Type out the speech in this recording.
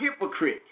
hypocrite